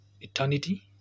eternity